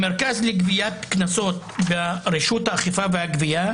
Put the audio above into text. במרכז לגביית קנסות ברשות האכיפה והגבייה,